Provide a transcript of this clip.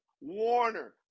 Warner